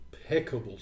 impeccable